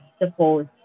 suppose